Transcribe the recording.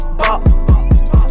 bop